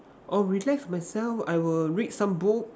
orh relax myself I will read some book